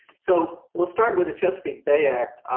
so we'll start with the chesapeake bay act.